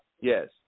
yes